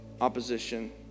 opposition